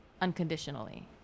unconditionally